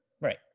right